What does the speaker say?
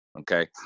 okay